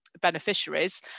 beneficiaries